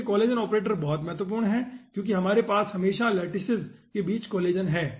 यह collagen operator बहुत महत्वपूर्ण है क्योंकि हमारे पास हमेशा लैटिसेस के बीच कोलेजन है